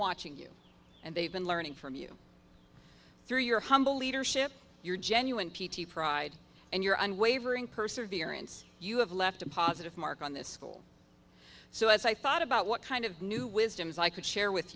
watching you and they've been learning from you through your humble leadership your genuine p t pride and your unwavering perseverance you have left a positive mark on this school so as i thought about what kind of new wisdom is i could share with